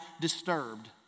disturbed